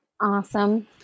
Awesome